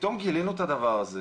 פתאום גילינו את הדבר הזה